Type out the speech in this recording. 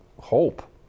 hope